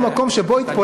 למי שייך הר-הבית?